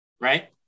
Right